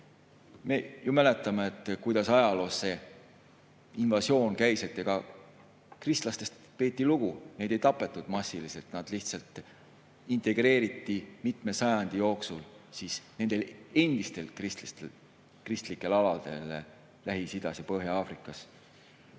Me ju mäletame, kuidas ajaloos see invasioon käis. Kristlastest peeti lugu, neid ei tapetud massiliselt, nad lihtsalt integreeriti mitme sajandi jooksul nendel endistel kristlikel aladel Lähis-Idas ja Põhja-Aafrikas